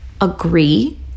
agree